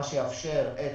מה שיאפשר את